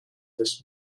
this